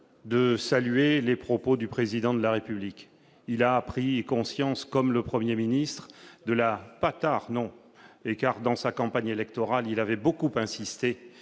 de saluer les propos du président de la République, il a pris conscience, comme le 1er Ministre de la pas tard non écart dans sa campagne électorale, il avait beaucoup insisté